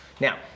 Now